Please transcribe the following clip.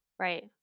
Right